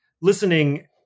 Listening